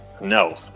No